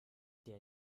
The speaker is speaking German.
der